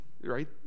right